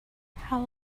how